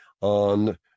on